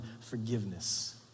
forgiveness